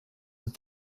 and